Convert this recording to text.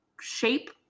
shape